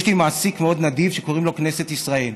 יש לי מעסיק מאוד נדיב, שקוראים לו "כנסת ישראל".